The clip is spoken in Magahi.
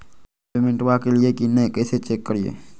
पेमेंटबा कलिए की नय, कैसे चेक करिए?